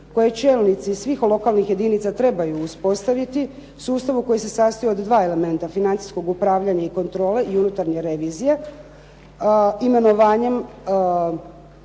koje čelnici svih lokalnih jedinica trebaju uspostaviti, sustavu koji se sastoji od dva elementa, financijskog upravljanja i kontrole i unutarnje revizije, imenovanjem